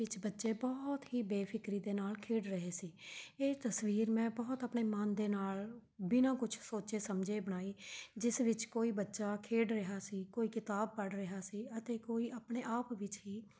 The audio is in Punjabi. ਵਿਚ ਬੱਚੇ ਬਹੁਤ ਹੀ ਬੇਫਿਕਰੀ ਦੇ ਨਾਲ ਖੇਡ ਰਹੇ ਸੀ ਇਹ ਤਸਵੀਰ ਮੈਂ ਬਹੁਤ ਆਪਣੇ ਮਨ ਦੇ ਨਾਲ ਬਿਨਾਂ ਕੁਛ ਸੋਚੇ ਸਮਝੇ ਬਣਾਈ ਜਿਸ ਵਿੱਚ ਕੋਈ ਬੱਚਾ ਖੇਡ ਰਿਹਾ ਸੀ ਕੋਈ ਕਿਤਾਬ ਪੜ੍ਹ ਰਿਹਾ ਸੀ ਅਤੇ ਕੋਈ ਆਪਣੇ ਆਪ ਵਿੱਚ ਹੀ